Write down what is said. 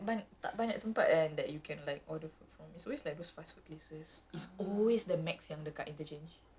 no lah not his but his route yes because like like kat kat tak banyak tempat yang that you can